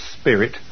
spirit